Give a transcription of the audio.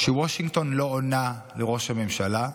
כשוושינגטון לא עונה לראש הממשלה,